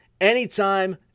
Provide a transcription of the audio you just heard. anytime